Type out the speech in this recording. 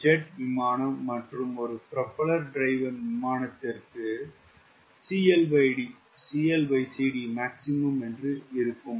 ஒரு ஜெட் விமானம் மற்றும் ஒரு ப்ரொபெல்லர் டிரைவ்ன் விமானத்திற்கு CLCDmaximum என்று இருக்கும்